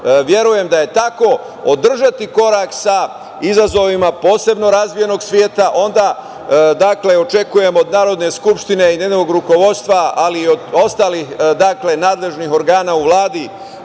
verujem da je tako, održati korak sa izazovima posebno razvijenog sveta, onda očekujem od Narodne skupštine i njenog rukovodstva, ali i od ostalih nadležnih organa u Vladi,